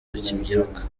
bakibyiruka